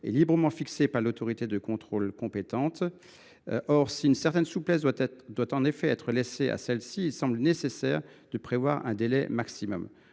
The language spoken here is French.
est librement fixé par l’autorité de contrôle compétente. Or, si une certaine souplesse doit, en effet, être laissée à celle ci, il semble nécessaire de prévoir un délai maximum.